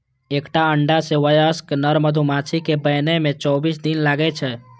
एकटा अंडा सं वयस्क नर मधुमाछी कें बनै मे चौबीस दिन लागै छै